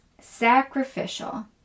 sacrificial